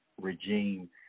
regime